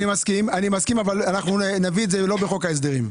אני מסכים אבל אנחנו נביא את זה לא בחוק ההסדרים.